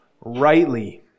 rightly